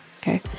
okay